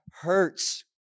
hurts